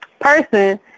person